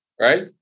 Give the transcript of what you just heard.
right